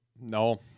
No